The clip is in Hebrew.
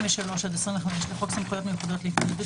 ו- 23 עד 25 לחוק סמכויות מיוחדות להתמודדות